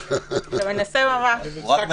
אתה מנסה ממש.